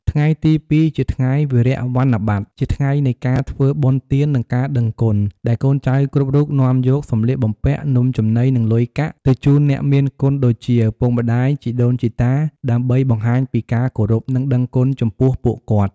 ថ្ងៃទី ២ ជាថ្ងៃវារៈវ័នបត ជាថ្ងៃនៃការធ្វើបុណ្យទាន និងការដឹងគុណ ដែលកូនចៅគ្រប់រូបនាំយក សំលៀកបំពាក់ នំចំណី និងលុយកាក់ ទៅជូនអ្នកមានគុណដូចជា ឪពុកម្តាយ ជីដូនជីតា ដើម្បីបង្ហាញពីការគោរព និងដឹងគុណចំពោះពួកគាត់។